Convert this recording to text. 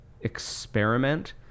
experiment